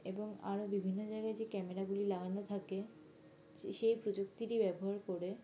এবং আরও বিভিন্ন জায়গায় যে ক্যামেরাগুলি লাগানো থাকে সেই প্রযুক্তিটি ব্যবহার করে